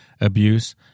abuse